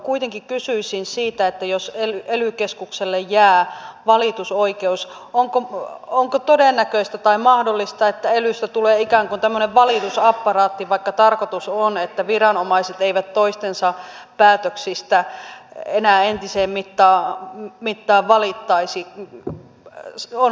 kuitenkin kysyisin siitä että jos ely keskukselle jää valitusoikeus onko todennäköistä tai mahdollista että elystä tulee ikään kuin tämmöinen valitusapparaatti vaikka tarkoitus on että viranomaiset eivät toistensa päätöksistä enää entiseen mittaan valittaisi